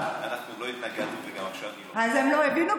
אנחנו לא התנגדנו, וגם עכשיו אני, אז הם לא הבינו?